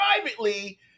privately